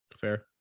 fair